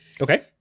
Okay